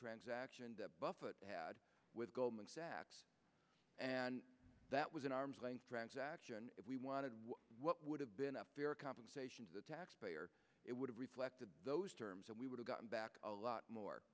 transaction that buffett had with goldman sachs and that was an arm's length transaction if we wanted what would have been a fair compensation to the taxpayer it would have reflected those terms and we would have gotten back a lot more